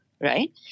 right